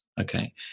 Okay